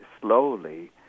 slowly